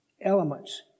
elements